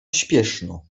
śpieszno